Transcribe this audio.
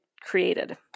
created